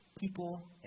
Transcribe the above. People